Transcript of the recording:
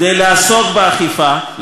כדי לעסוק באכיפה.